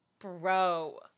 Bro